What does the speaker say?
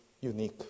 unique